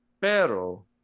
pero